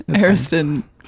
Ariston